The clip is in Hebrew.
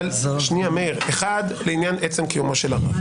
דבר אחד זה לעניין עצם קיומו של הרב.